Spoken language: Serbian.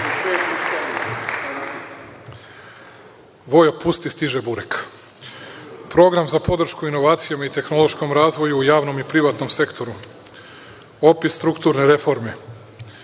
na Skupštinu. Program za podršku inovacijama i tehnološkom razvoju u javnom i privatnom sektoru, opis strukturne reforme,